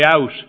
out